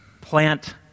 plant